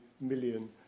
million